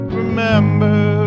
remember